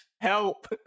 Help